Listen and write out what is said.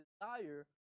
desire